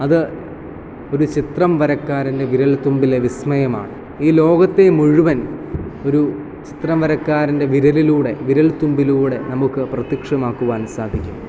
അത് ഒരു ചിത്രം വരക്കാരൻ്റെ വിരൽ തുമ്പിലെ വിസ്മയമാണ് ഈ ലോകത്തെ മുഴുവൻ ഒരു ചിത്രം വരക്കാരൻ്റെ വിരലിലൂടെ വിരൽ തുമ്പിലൂടെ നമുക്ക് പ്രത്യക്ഷമാക്കുവാൻ സാധിക്കും